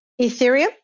Ethereum